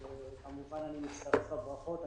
אני כמובן מצטרף לברכות.